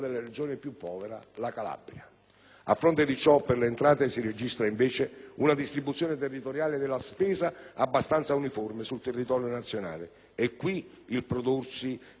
A fronte di ciò, per le entrate si registra invece una distribuzione territoriale della spesa abbastanza uniforme sul territorio nazionale: da qui il prodursi dei predetti residui fiscali.